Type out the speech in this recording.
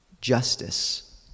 justice